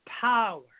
power